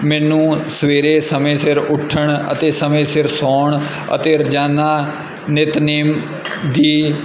ਮੈਨੂੰ ਸਵੇਰੇ ਸਮੇਂ ਸਿਰ ਉੱਠਣ ਅਤੇ ਸਮੇਂ ਸਿਰ ਸੌਣ ਅਤੇ ਰੋਜਾਨਾ ਨਿਤਨੇਮ ਦੀ